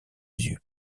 yeux